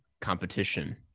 competition